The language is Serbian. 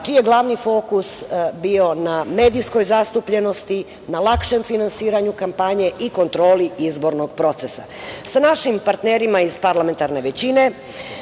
čiji je glavni fokus bio na medijskoj zastupljenosti, na lakšem finansiranju kampanje i kontroli izbornog procesa. Sa našim partnerima iz parlamentarne većine,